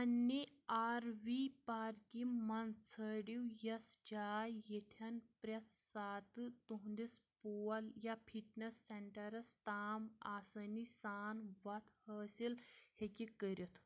پننہِ R V پارکہِ منٛز ژھٲنٛڈِو یژھ جاۓ ییٚتٮ۪ن پرٛٮ۪تھ ساتہٕ تُہنٛدِس پول یا فٹنس سینٹرس تام آسٲنی سان وَتھ حٲصِل ہیکہِ کٔرِتھ